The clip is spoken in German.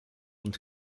und